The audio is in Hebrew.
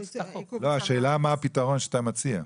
השאלה מה הפתרון שאתה מציע.